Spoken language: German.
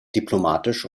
diplomatisch